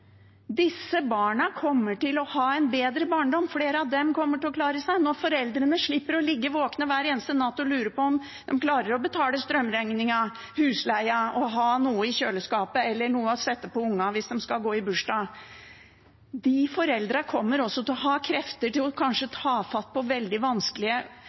Disse barna kommer til å ha en bedre barndom. Flere av dem kommer til å klare seg når foreldrene slipper å ligge våkne hver eneste natt og lure på om de klarer å betale strømregningen og husleien, om de har noe i kjøleskapet eller noe å ta på ungene hvis de skal gå i bursdag. De foreldrene kommer også til å ha krefter til kanskje å ta fatt på veldig vanskelige